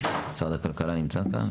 הכלכלה.